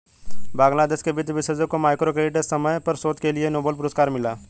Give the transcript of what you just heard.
बांग्लादेश के वित्त विशेषज्ञ को माइक्रो क्रेडिट विषय पर शोध के लिए नोबेल पुरस्कार मिला